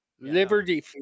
Liberty